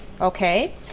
okay